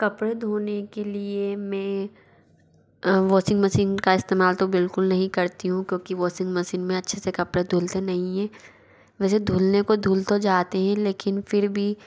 कपड़े धोने के लिए मैं वशिंग मसिन का इस्तेमाल तो बिल्कुल नहीं करती हूँ क्योंकि वशिंग मसिन में अच्छे से कपड़े धुलते नहीं है वैसे धुलने को धूल तो जाते हें लेकिन फिर भी